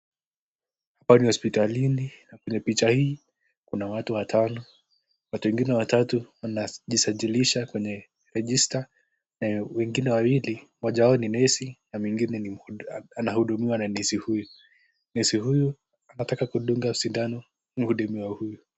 Hapa ni hospitalini, kwenye picha hii kuna watu watano, watatu wengine watatu wanajisajilisha kwenye register wengine wawili, moja wao ni nesi, na mwingine anahudumiwa na nesi huyu. Nesi huyu anataka kudunga sindano mhudumiwa huyu.